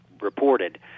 reported